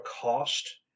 cost